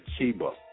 Chiba